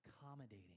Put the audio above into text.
accommodating